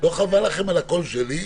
לא חבל לכם על הקול שלי?